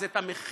אז את המחיר